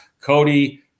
Cody